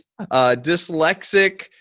dyslexic